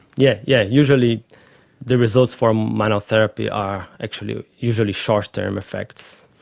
yeah yeah usually the results from manual therapy are actually usually short-term effects.